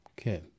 Okay